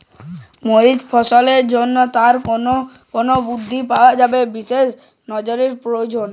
মরিচ ফলনের জন্য তার কোন কোন বৃদ্ধি পর্যায়ে বিশেষ নজরদারি প্রয়োজন?